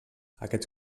aquests